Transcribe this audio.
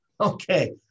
Okay